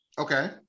okay